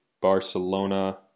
Barcelona